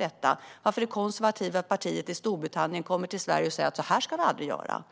Det finns en anledning till att det konservativa partiet i Storbritannien kommer till Sverige och säger: Så här ska vi aldrig göra!